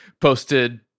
posted